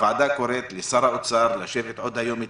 הוועדה קוראת לשר האוצר לשבת עוד היום איתם.